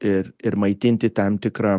ir ir maitinti tam tikra